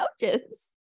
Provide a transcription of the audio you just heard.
couches